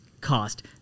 cost